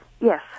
Yes